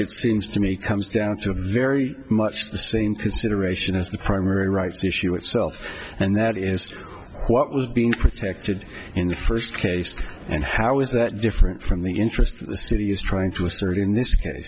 it seems to me comes down to a very much the same is to ration is the primary rights the issue itself and that is what was being protected in the first case and how is that different from the interest the city is trying to assert in this case